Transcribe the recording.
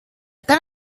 tant